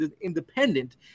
independent